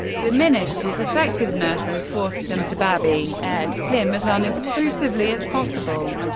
diminished his effectiveness and forced them to babi ed him as unobstrusively as possible.